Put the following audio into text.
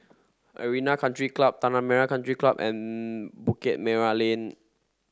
Arena Country Club Tanah Merah Country Club and Bukit Merah Lane